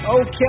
Okay